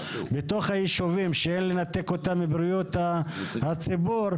בתוך היישובים שאין לנתק אותם מבריאות הציבור.